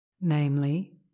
Namely